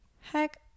Heck